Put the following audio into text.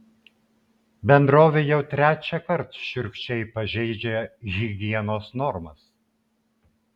bendrovė jau trečiąkart šiurkščiai pažeidžia higienos normas